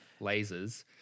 lasers